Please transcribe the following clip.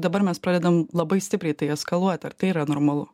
dabar mes pradedam labai stipriai tai eskaluoti ar tai yra normalu